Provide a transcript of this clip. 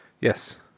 Yes